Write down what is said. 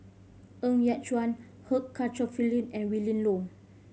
Ng Yat Chuan and Willin Low